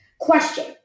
question